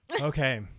Okay